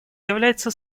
является